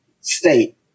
state